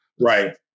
right